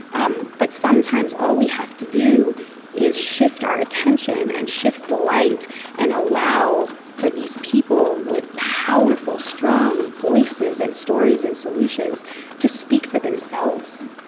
um but sometimes, all we have to do is shift our attention and shift the light and allow for these people with powerful, strong voices and stories and solutions to speak for themselves.